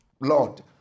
Lord